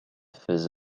face